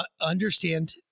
Understand